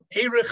Erich